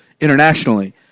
internationally